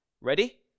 Ready